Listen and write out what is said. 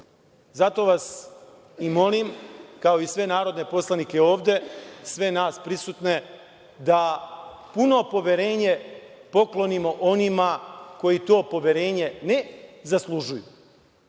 vas i molim, kao i sve narodne poslanike ovde, sve nas prisutne, da puno poverenje poklonimo onima koji to poverenje ne zaslužuju,